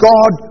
God